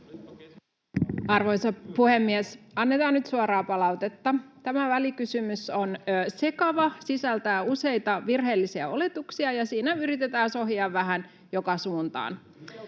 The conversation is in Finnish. Arvoisa puhemies! Annetaan nyt suoraa palautetta. Tämä välikysymys on sekava, sisältää useita virheellisiä oletuksia, ja siinä yritetään sohia vähän joka suuntaan.